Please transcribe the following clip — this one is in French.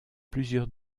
plusieurs